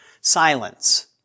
silence